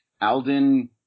Alden